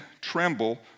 tremble